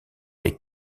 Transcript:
des